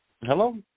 Hello